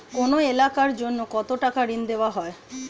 কোন এলাকার জন্য কত টাকা ঋণ দেয়া হয়?